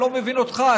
אני לא מבין אותך,